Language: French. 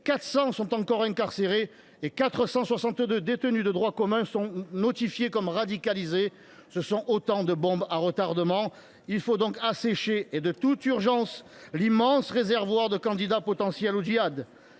eux sont encore incarcérés et 462 détenus de droit commun sont notifiés comme radicalisés : autant de bombes à retardement. Il faut donc assécher – et de toute urgence !– l’immense réservoir de candidats potentiels au djihad.